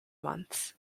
months